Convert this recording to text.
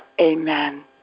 Amen